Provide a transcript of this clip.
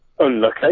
unlucky